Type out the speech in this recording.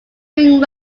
ring